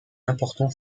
important